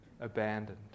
abandoned